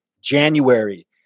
January